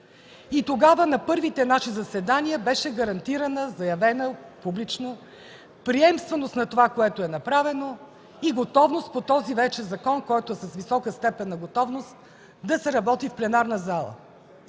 и тогава на първите наши заседания беше гарантирана, заявена публично приемственост на това, което е направено и готовност по този вече закон, който е с висока степен на готовност, да се работи в пленарната зала.